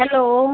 hello